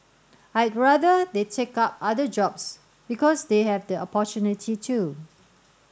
I'd rather they take up other jobs because they have the opportunity to